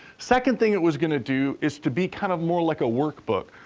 second thing it was gonna do is to be kind of more like a workbook,